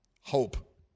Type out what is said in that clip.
Hope